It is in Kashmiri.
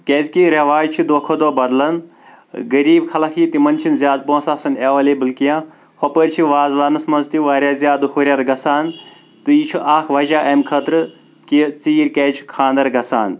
کیٚازِ کہِ ریٚواج چھ دۄہ کھۄتہٕ دۄہ بَدلان غریٖب خلق تِمن چھِ بہٕ زیادٕ پونٛسہٕ آسان اویٚلیٚبٔل کیٚنٛہہ ہُپٲرۍ چھ وازوانَس منٛز تہِ واریاہ زیادٕ ہُریٚر گژھان تہٕ یہِ چھُ اکھ وجہہ اَمہِ خٲطرٕ کہِ ژیٖر کیٚازِ چھ خانٛدر گژھان